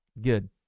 Good